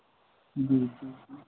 जी जी